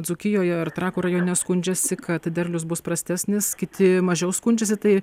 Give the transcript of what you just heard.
dzūkijoje ar trakų rajone skundžiasi kad derlius bus prastesnis kiti mažiau skundžiasi tai